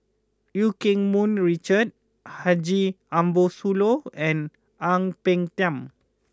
Eu Keng Mun Richard Haji Ambo Sooloh and Ang Peng Tiam